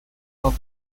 for